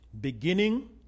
Beginning